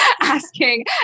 asking